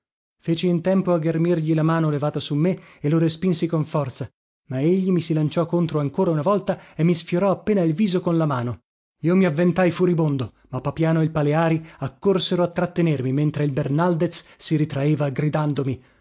feci in tempo a ghermirgli la mano levata su me e lo respinsi con forza ma egli mi si lanciò contro ancora una volta e mi sfiorò appena il viso con la mano io mi avventai furibondo ma papiano e il paleari accorsero a trattenermi mentre il bernaldez si ritraeva gridandomi